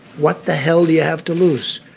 what the hell do you have to lose,